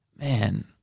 man